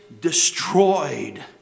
destroyed